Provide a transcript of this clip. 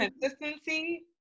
consistency